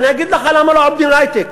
אני אגיד לך למה לא עובדים בהיי-טק.